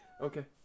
Okay